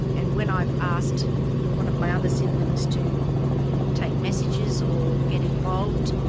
and when i've asked one of my other siblings to take messages or get involved,